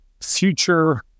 future